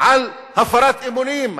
על הפרת אמונים,